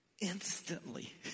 instantly